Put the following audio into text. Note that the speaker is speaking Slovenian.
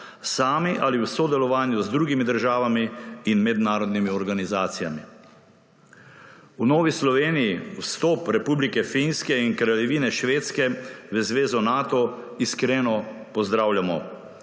sami ali v sodelovanju z drugimi državami in mednarodnimi organizacijami. V Novi Sloveniji vstop Republike Finske in Kraljevine Švedske v zvezi Nato iskreno pozdravljamo,